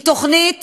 היא תוכנית